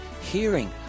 hearing